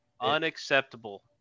Unacceptable